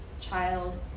child